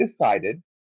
decided